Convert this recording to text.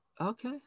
okay